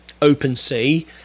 OpenSea